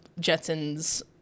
Jetsons